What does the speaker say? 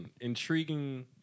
Intriguing